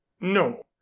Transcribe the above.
No